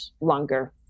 longer